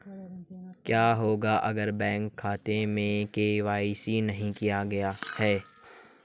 क्या होगा अगर बैंक खाते में के.वाई.सी नहीं किया गया है?